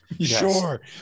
Sure